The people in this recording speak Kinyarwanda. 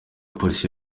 polisi